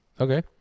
Okay